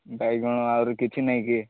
ବାଇଗଣ ଆହୁରି କିଛି ନାହିଁ କି